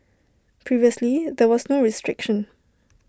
previously there was no restriction